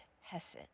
Hesed